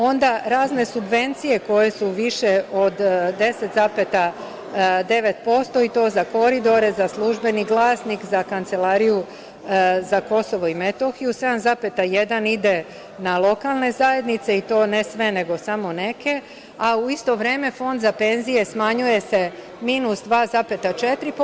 Onda, razne subvencije koje su više od 10,9% i to za koridore, za „Službeni Glasnik“, za Kancelariju za KiM, 7,1% ide na lokalne zajednice, i to ne sve, nego samo neke, a u isto vreme, fond za penzije smanjuje se minus 2,4%